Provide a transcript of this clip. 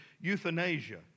euthanasia